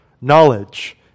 knowledge